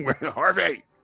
Harvey